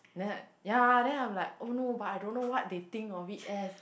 then ya then I'm like oh no but I don't know what they think of it as